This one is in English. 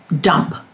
dump